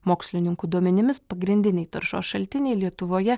mokslininkų duomenimis pagrindiniai taršos šaltiniai lietuvoje